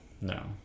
no